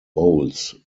bowls